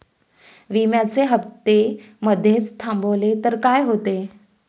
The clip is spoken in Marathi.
विम्याचे हफ्ते मधेच थांबवले तर काय होते?